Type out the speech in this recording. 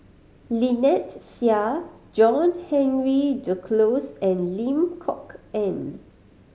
Lynnette Seah John Henry Duclos and Lim Kok Ann